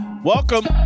Welcome